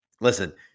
listen